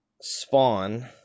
Spawn